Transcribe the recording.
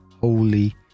holy